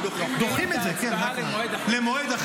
ומה עם יוני מישרקי?